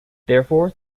therefore